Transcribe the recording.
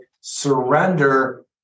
surrender